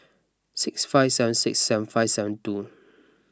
six five seven six seven five seven two